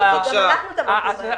אנחנו עדיין תומכים בהם, וזה בסדר.